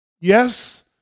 Yes